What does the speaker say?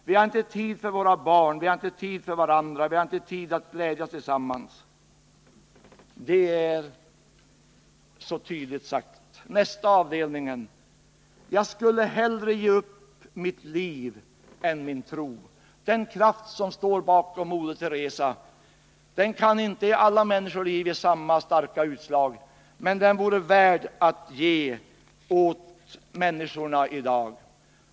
Vi har inte tid för våra barn, vi har inte tid för varandra, vi har inte tid att glädjas tillsammans.” Det är så tydligt sagt. ”Jag skulle hellre ge upp mitt liv än min tro.” Den kraft som står bakom moder Teresa kan inte i alla människoliv ge Respekten för människolivet samma starka utslag, men den vore värd att ges åt människorna i dag.